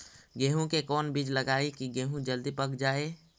गेंहू के कोन बिज लगाई कि गेहूं जल्दी पक जाए?